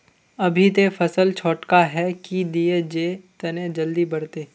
अभी ते फसल छोटका है की दिये जे तने जल्दी बढ़ते?